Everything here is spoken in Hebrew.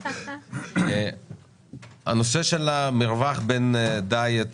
בנושא המרווח בין דיאט